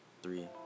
Three